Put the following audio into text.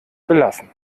belassen